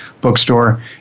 bookstore